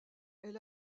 elle